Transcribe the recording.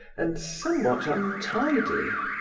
and somewhat untidy.